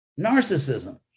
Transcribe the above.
narcissism